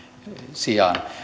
sijaan